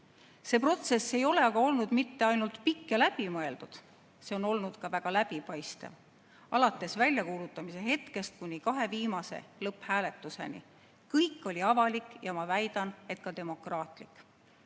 See protsess ei ole aga olnud mitte ainult pikk ja läbimõeldud, see on olnud ka väga läbipaistev: alates väljakuulutamise hetkest kuni kahe viimase lõpphääletuseni on kõik olnud avalik ja ma väidan, et ka demokraatlik.